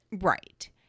Right